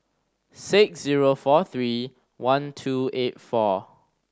six zero four three one two eight four